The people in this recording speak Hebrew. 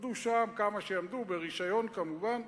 שיעמדו שם כמה שיעמדו, ברשיון כמובן.